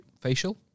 facial